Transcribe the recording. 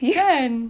kan